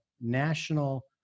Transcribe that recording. national